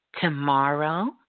tomorrow